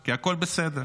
כי הכול בסדר.